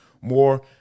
more